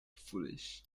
foolish